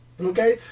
Okay